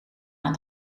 aan